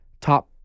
top